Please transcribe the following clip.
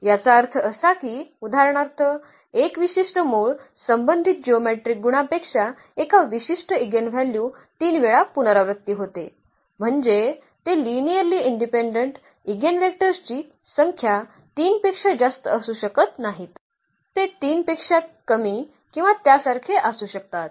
याचा अर्थ असा की उदाहरणार्थ एक विशिष्ट मूळ संबंधित जिओमेट्रीक गुणापेक्षा एक विशिष्ट इगेनव्ह्ल्यू 3 वेळा पुनरावृत्ती होते म्हणजे ते लिनिअर्ली इंडिपेंडेंट इगिनवेक्टर्सची संख्या 3 पेक्षा जास्त असू शकत नाहीत ते 3 पेक्षा कमी किंवा त्यासारखे असू शकतात